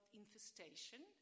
infestation